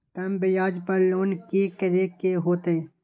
कम ब्याज पर लोन की करे के होतई?